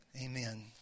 Amen